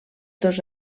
dos